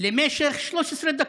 למשך 13 דקות,